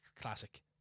Classic